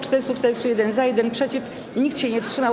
441 - za, 1 - przeciw, nikt się nie wstrzymał.